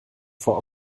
vor